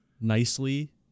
nicely